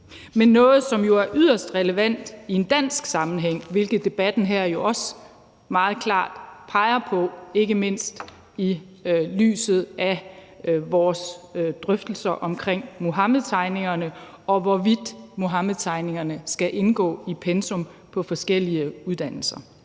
men noget, som jo er yderst relevant i en dansk sammenhæng, hvilket debatten her også meget klart peger på, ikke mindst i lyset af vores drøftelser om Muhammedtegningerne, og hvorvidt Muhammedtegningerne skal indgå i pensum på forskellige uddannelser.